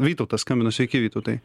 vytautas skambino sveiki vytautai